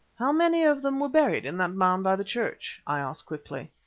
how many of them were buried in that mound by the church? i asked quickly.